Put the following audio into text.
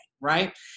right